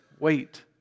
Wait